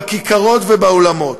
בכיכרות ובאולמות,